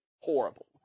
horrible